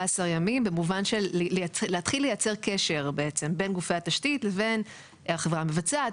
ימים במובן של להתחיל לייצר קשר בעצם בין גופי התשתית לבין החברה המבצעת,